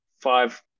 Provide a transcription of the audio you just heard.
five